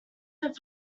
have